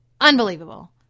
Unbelievable